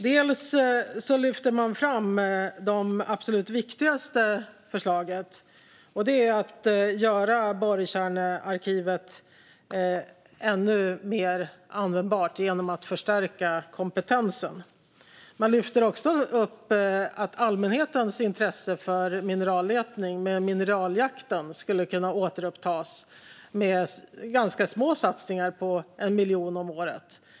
Man lyfter fram det absolut viktigaste förslaget, som är att göra borrkärnearkivet ännu mer användbart genom att förstärka kompetensen. Man lyfter också upp att allmänhetens intresse för mineralletning med Mineraljakten skulle kunna återupptas med ganska små satsningar på 1 miljon om året.